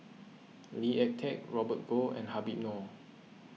Lee Ek Tieng Robert Goh and Habib Noh